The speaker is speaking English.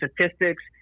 statistics